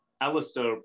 Alistair